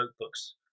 notebooks